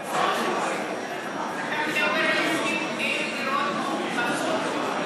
אתה מדבר על 20,000 דירות מאוכלסות?